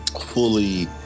fully